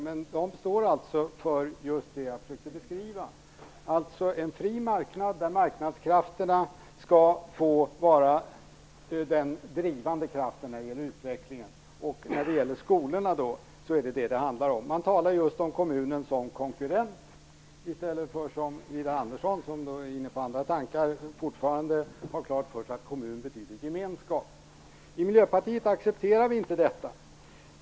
Men nyliberalerna står alltså för en fri marknad där marknadskrafterna skall få vara den drivande kraften för utvecklingen. Här handlar det om skolorna. Man talar om kommunen som konkurrent i stället för att som Widar Andersson ha klart för sig att kommun betyder gemenskap. I Miljöpartiet accepterar vi inte detta.